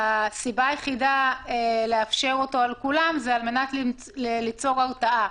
הסיבה היחידה לאפשר אותו על כולם היא על מנת ליצור הרתעה,